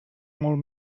molt